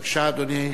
בבקשה, אדוני.